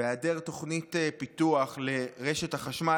והיעדר תוכנית פיתוח לרשת החשמל,